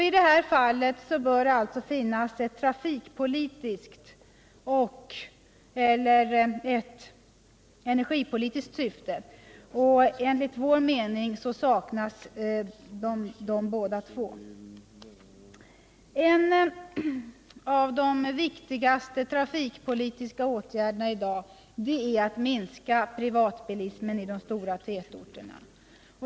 I det här fallet bör det således finnas ett trafikpolitiskt eller ett energipolitiskt syfte. Enligt vår mening saknas bådadera. En av de viktigaste trafikpolitiska åtgärderna i dag är att minska privatbilismen i de stora städerna.